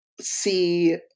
see